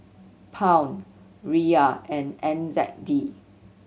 Pound Riyal and N Z D